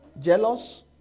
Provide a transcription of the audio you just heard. jealous